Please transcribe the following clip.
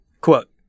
quote